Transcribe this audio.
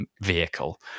vehicle